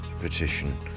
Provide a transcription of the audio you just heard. petition